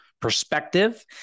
perspective